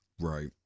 Right